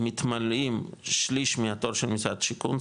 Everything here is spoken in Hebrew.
הם מתמלאים שליש מהתור של משרד השיכון,